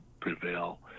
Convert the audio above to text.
prevail